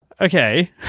Okay